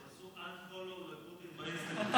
הם עשו Unfollow לפוטין באינסטגרם.